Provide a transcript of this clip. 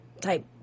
type